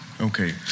Okay